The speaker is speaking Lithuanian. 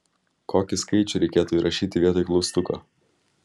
kokį skaičių reikėtų įrašyti vietoj klaustuko